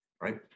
right